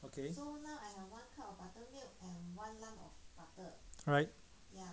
right